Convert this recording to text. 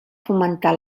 fomentar